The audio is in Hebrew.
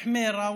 חמארה,